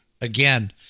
Again